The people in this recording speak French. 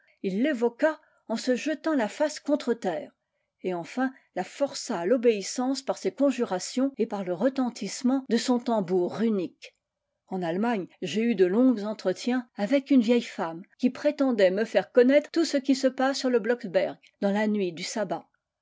il l'évoqua en se jetant la face contre terre et enfin la força à l'obéissance par ses conjurations et par le retentissement de son tambour runique en allemagne j'ai eu de longs entretiens avec une vieille femme qui prétendait me faire connaître tout ce qui se passe sur le blocksberg dans la nuit du sabbat